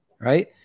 right